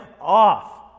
off